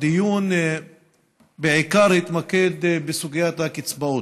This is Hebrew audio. הדיון התמקד בעיקר בסוגיית הקצבאות,